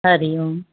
Hari ओमु